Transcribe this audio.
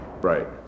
Right